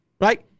right